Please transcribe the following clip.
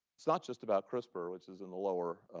it's not just about crispr, which is in the lower